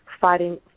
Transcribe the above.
fighting